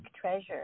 treasure